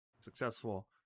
successful